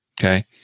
okay